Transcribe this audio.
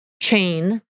chain